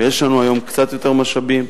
ויש לנו היום קצת יותר משאבים,